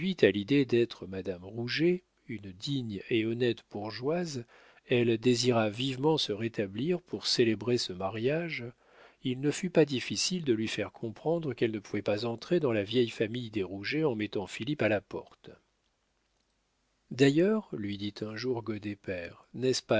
à l'idée d'être madame rouget une digne et honnête bourgeoise elle désira vivement se rétablir pour célébrer ce mariage il ne fut pas difficile de lui faire comprendre qu'elle ne pouvait pas entrer dans la vieille famille des rouget en mettant philippe à la porte d'ailleurs lui dit un jour goddet père n'est-ce pas